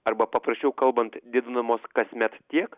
arba paprasčiau kalbant didinamos kasmet tiek